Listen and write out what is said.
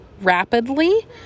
rapidly